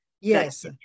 yes